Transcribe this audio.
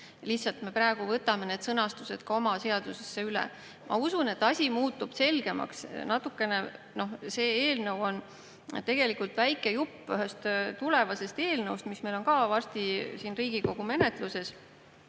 Lihtsalt me praegu võtame need sõnastused oma seadusesse üle. Ma usun, et asi muutub selgemaks. See eelnõu on tegelikult väike jupp ühest tulevasest eelnõust, mis meil on ka varsti siin Riigikogu menetluses